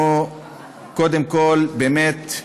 קודם כול, באמת,